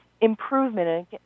improvement